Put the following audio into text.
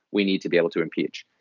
we need to be able to impeach.